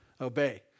Obey